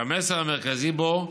שהמסר המרכזי בו: